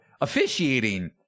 officiating